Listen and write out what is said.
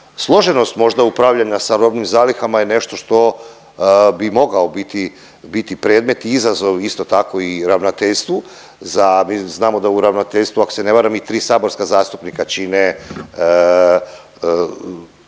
Složenost možda upravljanja sa robnim zalihama je nešto što bi mogao biti, biti predmet i izazov i isto tako i ravnateljstvu za, mi znamo da u ravnateljstvu ako se ne varam i 3 saborska zastupnika čine nešto